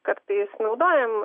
kartais naudojam